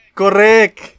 correct